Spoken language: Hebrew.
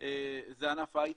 זה ענף ההייטק,